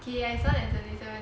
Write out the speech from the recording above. okay more than seventy seven